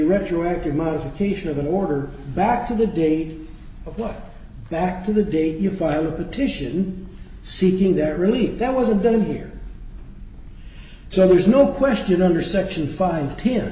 retroactive modification of an order back to the date of law back to the date you filed a petition seeking that really that wasn't done here so there's no question under section five